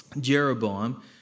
Jeroboam